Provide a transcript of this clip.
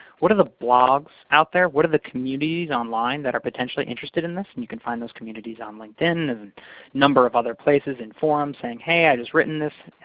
what are the blogs out there? what are the communities online that are potentially interested in this? and you can find those communities on linkedin and a number of other places and forums, saying, hey, i've just written this.